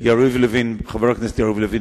ויש ויכוח,